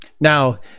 Now